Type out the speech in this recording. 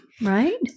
right